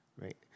right